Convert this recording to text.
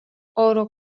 oro